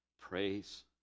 praise